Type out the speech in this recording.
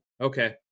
Okay